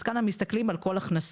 אז כאן מסתכלים על כל הכנסה.